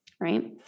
Right